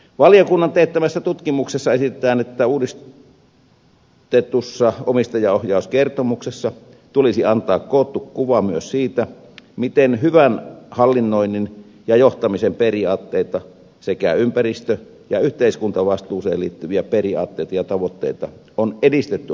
valiokunnan teettämässä tutkimuksessa esitetään että uudistetussa omistajaohjauskertomuksessa tulisi antaa koottu kuva myös siitä miten hyvän hallinnoinnin ja johtamisen periaatteita sekä ympäristö ja yhteisvastuuseen liittyviä periaatteita ja tavoitteita on edistetty omistajaohjauksessa